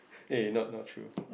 eh not not true